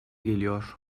geliyor